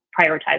prioritize